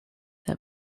that